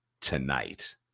tonight